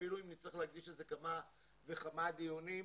אפילו אם נצטרך להקדיש לזה כמה וכמה דיונים,